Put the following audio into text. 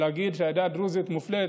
ולהגיד שהעדה הדרוזית מופלית.